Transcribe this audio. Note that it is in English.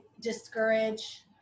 discourage